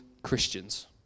christians